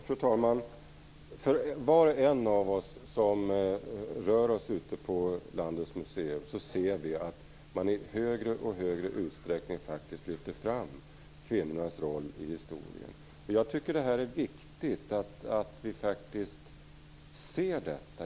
Fru talman! Var och en av oss som rör oss ute på landets museer ser att man i större och större utsträckning lyfter fram kvinnornas roll i historien. Jag tycker att det är viktigt att vi ser detta.